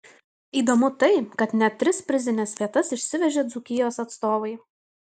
įdomu tai kad net tris prizines vietas išsivežė dzūkijos atstovai